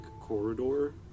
corridor